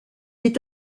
est